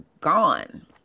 gone